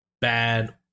bad